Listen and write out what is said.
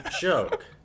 Joke